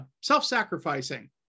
self-sacrificing